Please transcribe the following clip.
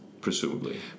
presumably